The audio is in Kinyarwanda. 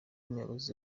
muyobozi